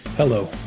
Hello